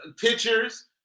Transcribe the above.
pictures